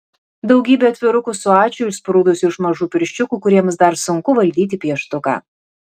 daugybė atvirukų su ačiū išsprūdusiu iš mažų pirščiukų kuriems dar sunku valdyti pieštuką